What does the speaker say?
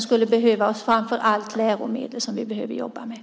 Vi behöver lokala utbildningar och vi behöver läromedel.